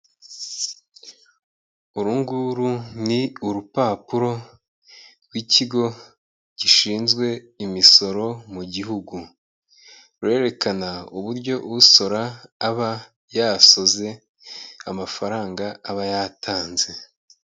U runguru ni urupapuro rw'ikigo gishinzwe imisoro mu gihugu, rurerekana uburyo usora aba yasoze amafaranga aba yatanze.